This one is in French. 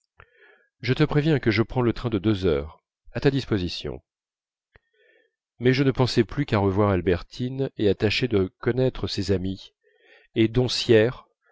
je te préviens que je prends le train de deux heures à ta disposition mais je ne pensais plus qu'à revoir albertine et à tâcher de connaître ses amies et